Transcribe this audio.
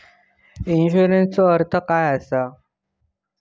इन्शुरन्सचो अर्थ काय असा?